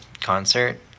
concert